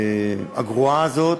בממשלה הגרועה הזאת,